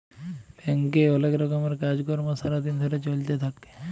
ব্যাংকে অলেক রকমের কাজ কর্ম সারা দিন ধরে চ্যলতে থাক্যে